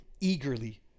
eagerly